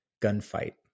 gunfight